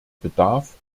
bedarf